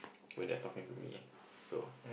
when they are talking to me so